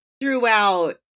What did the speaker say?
throughout